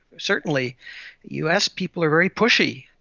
certainly us people are very pushy.